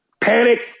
panic